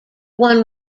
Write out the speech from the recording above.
one